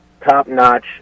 top-notch